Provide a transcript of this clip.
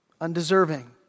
undeserving